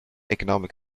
economic